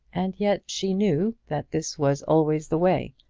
and yet she knew that this was always the way,